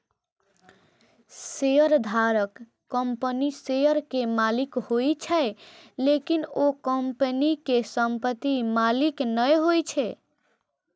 शेयरधारक कंपनीक शेयर के मालिक होइ छै, लेकिन ओ कंपनी के संपत्ति के मालिक नै होइ छै